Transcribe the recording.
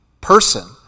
person